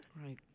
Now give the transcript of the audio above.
Right